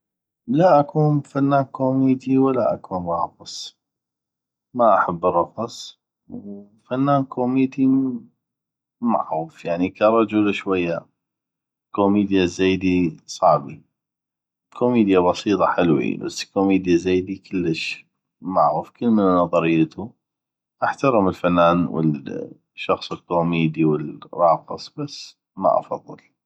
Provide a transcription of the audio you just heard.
لا اكون فنان كوميدي ولا اكون راقص ما احب الرقص وفنان كوميدي معغف يعني ك رجل شويه كوميديه الزيدي صعبي كوميديه بسيطه حلوي بس كوميديه الزيدي كلش معغف كلمن ونظريتو احترم الفنان والشخص الكوميدي والراقص بس ما افضل